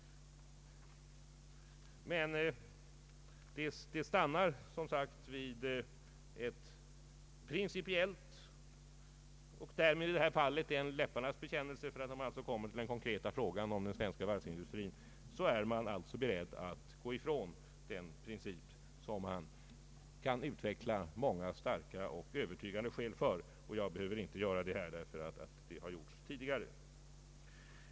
Men det stannar som sagt vid ett principiellt instämmande och därmed i detta fall en läpparnas bekännelse. När man kommer till den konkreta frågan om den svenska varvsindustrin är man alltså beredd att gå ifrån den princip för vilken man kan utveckla många starka och övertygande skäl. Jag behöver inte anföra dem här, eftersom det har gjorts tidigare.